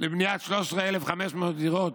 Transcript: לבניית 13,500 דירות